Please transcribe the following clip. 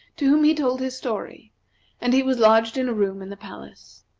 to whom he told his story and he was lodged in a room in the palace.